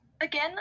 Again